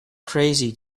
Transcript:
crazy